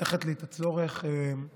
חוסכת לי את הצורך לתאר